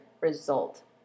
result